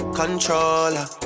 controller